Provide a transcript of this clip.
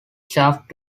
shaft